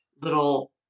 little